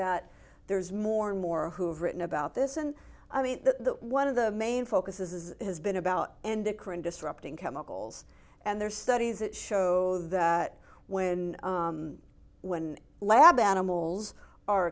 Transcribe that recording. that there's more and more who've written about this and i mean the one of the main focuses is has been about ended current disrupting chemicals and there are studies that show that when when lab animals are